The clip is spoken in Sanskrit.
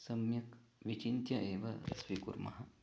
सम्यक् विचिन्त्य एव स्वीकुर्मः